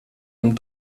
dem